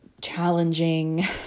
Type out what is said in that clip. challenging